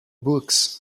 books